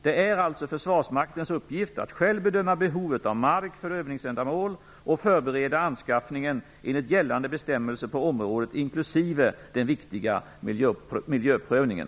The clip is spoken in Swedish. Det är alltså försvarsmaktens uppgift att själv bedöma behovet av mark för övningsändamål och förbereda anskaffningen enligt gällande bestämmelser på området, inklusive den viktiga miljöprövningen.